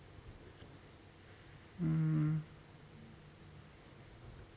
hmm